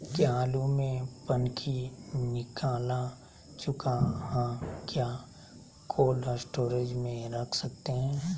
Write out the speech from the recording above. क्या आलु में पनकी निकला चुका हा क्या कोल्ड स्टोरेज में रख सकते हैं?